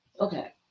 Okay